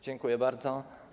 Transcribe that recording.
Dziękuję bardzo.